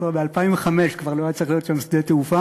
כבר ב-2005 לא היה צריך להיות שם שדה תעופה.